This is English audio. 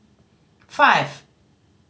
five